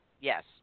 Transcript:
Yes